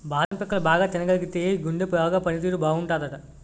బాదం పిక్కలు తినగలిగితేయ్ గుండె బాగా పని తీరు బాగుంటాదట